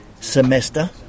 semester